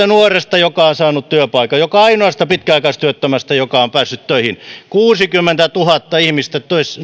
nuoresta joka on saanut työpaikan joka ainoasta pitkäaikaistyöttömästä joka on päässyt töihin kuusikymmentätuhatta ihmistä